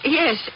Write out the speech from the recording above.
yes